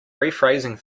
rephrasing